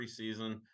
preseason